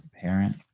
parent